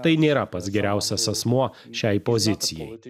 tai nėra pats geriausias asmuo šiai pozicijai